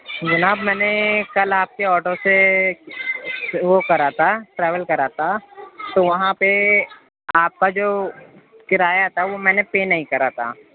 جناب میں نے کل آپ کے آٹو سے وہ کرا تھا ٹراویل کرا تھا تو وہاں پہ آپ کا جو کرایہ تھا وہ میں نے پے نہیں کرا تا